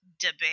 debate